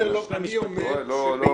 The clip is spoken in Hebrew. בגלל שרציתי --- נסחב לי פעם אחת ונתקע לי,